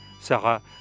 Sarah